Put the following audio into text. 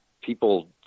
people